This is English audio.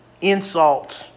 insults